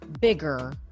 bigger